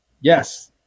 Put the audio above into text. yes